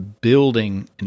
building